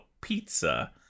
pizza